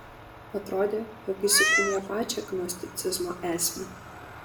atrodė jog jis įkūnija pačią gnosticizmo esmę